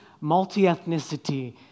multi-ethnicity